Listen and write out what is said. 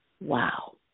Wow